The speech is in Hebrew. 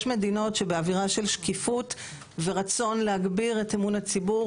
יש מדינות שבאווירה של שקיפות ורצון להגביר את אמון הציבור,